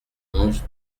onze